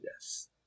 Yes